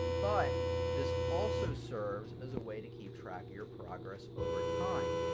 but this also serves as a way to keep track of your progress over time.